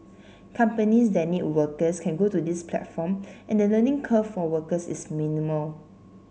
companies that need workers can go to this platform and the learning curve for workers is minimal